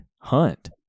hunt